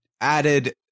added